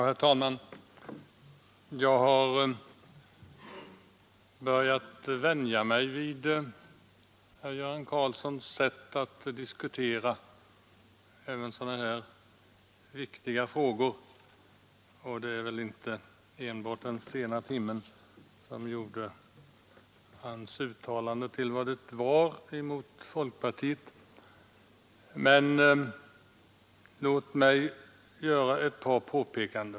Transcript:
Herr talman! Jag har börjat vänja mig vid Göran Karlssons sätt att diskutera även när det gäller så här viktiga frågor. Det var väl inte enbart den sena timmen som gjorde hans uttalande mot folkpartiet till vad det var. Men låt mig göra ett par påpekanden.